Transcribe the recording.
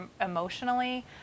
emotionally